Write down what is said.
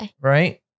Right